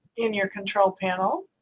in your control panel.